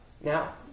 Now